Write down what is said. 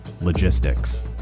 Logistics